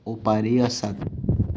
ओपारीय आसात